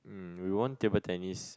we won table tennis